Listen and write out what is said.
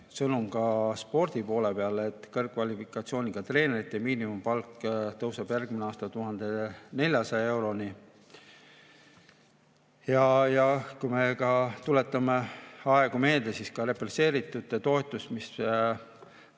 hea sõnum ka spordi poolele, et kõrgkvalifikatsiooniga treenerite miinimumpalk tõuseb järgmisel aastal 1400 euroni. Ja kui me tuletame aegu meelde, siis ka represseeritute toetus, mis